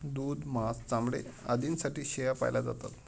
दूध, मांस, चामडे आदींसाठी शेळ्या पाळल्या जातात